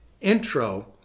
intro